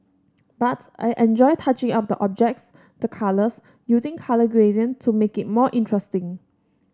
but I enjoy touching up the objects the colours using colour gradient to make it more interesting